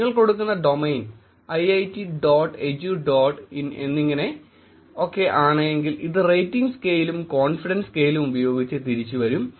നിങ്ങൾ കൊടുക്കുന്ന domain iiit dot edu dot in എന്നിങ്ങനെയൊക്കെ ആണെങ്കിൽ ഇത് റേറ്റിംഗ് സ്കെയിലുംകോൺഫിഡൻസ് സ്കെയിലും ഉപയോഗിച്ച് തിരിച്ച് വരും